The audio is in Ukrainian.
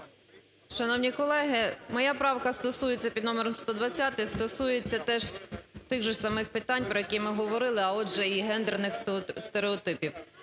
Шановні колеги, моя правка стосується, під номером 120, стосується теж тих же ж самих питань, про які ми говорили, а, отже, і гендерних стереотипів.